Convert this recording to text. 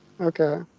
Okay